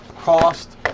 cost